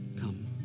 come